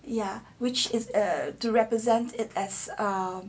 ya which is err to represent it as err